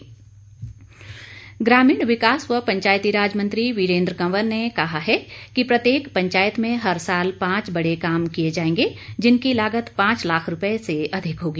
वीरेंद्र कंवर ग्रामीण विकास व पंचायती राज मंत्री वीरेंद्र कंवर ने कहा है कि प्रत्येक पंचायत में हर साल पांच बड़े काम किए जाएंगे जिनकी लागत पांच लाख रूपए से अधिक होगी